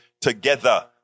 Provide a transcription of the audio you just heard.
together